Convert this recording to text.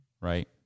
right